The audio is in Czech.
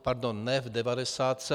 Pardon, ne v devadesátce...